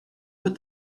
put